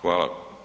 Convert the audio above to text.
Hvala.